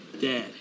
dad